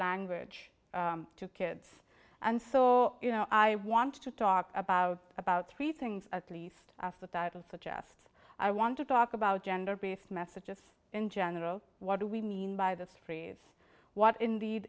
language to kids and so you know i want to talk about about three things at least as the title suggests i want to talk about gender based messages in general what do we mean by this phrase what indeed